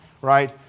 right